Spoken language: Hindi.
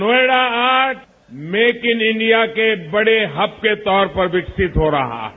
नोएडा आज मेक इन इंडिया के बड़े हब के तौर पर विकसित हो रहा है